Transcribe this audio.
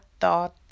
thought